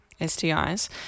STIs